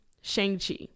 Shang-Chi